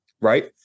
right